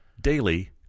daily